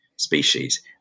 species